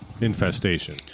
infestation